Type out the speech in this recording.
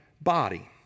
body